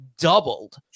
doubled